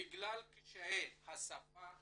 בגלל קשיי השפה